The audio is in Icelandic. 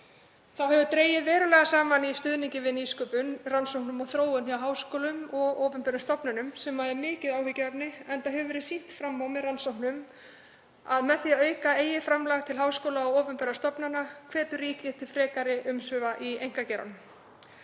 Þá hefur dregið verulega saman í stuðningi við nýsköpun, rannsóknir og þróun hjá háskólum og opinberum stofnunum sem er mikið áhyggjuefni, enda hefur verið sýnt fram á með rannsóknum að með því að auka eigin framlög til háskóla og opinberra stofnana hvetur ríkið til frekari umsvifa í einkageiranum.